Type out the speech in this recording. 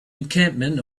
encampment